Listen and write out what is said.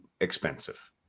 expensive